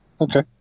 Okay